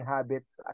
Habits